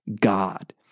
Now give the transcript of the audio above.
God